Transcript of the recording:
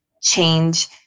change